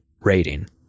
rating